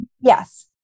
Yes